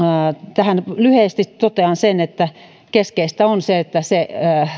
tähän lyhyesti totean sen mikä täällä on tullut esille että keskeistä on se että se